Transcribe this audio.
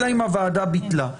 אלא אם הוועדה ביטלה.